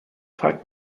fragt